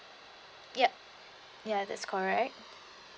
yup ya that's correct